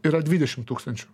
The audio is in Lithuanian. yra dvidešim tūkstančių